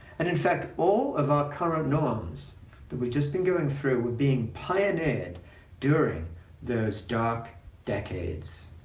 and in fact, all of our current norms that we've just been going through were being pioneered during those dark decades.